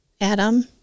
Adam